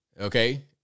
okay